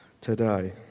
today